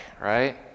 right